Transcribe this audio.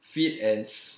fit and